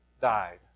died